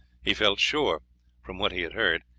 he felt sure from what he had heard,